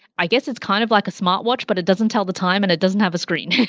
i guess it's kind of like a smart watch but it doesn't tell the time and it doesn't have a screen.